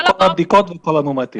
כל הבדיקות וכל המאומתים.